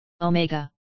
Omega